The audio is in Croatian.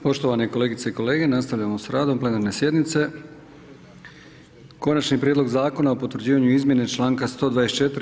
Poštovane kolegice i kolege, nastavljamo sa radom plenarne sjednice. - Konačni prijedlog Zakona o potvrđivanju izmjene članka 124.